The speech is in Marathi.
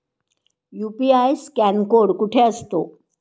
यु.पी.आय स्कॅन कोड कुठे असतो?